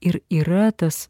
ir yra tas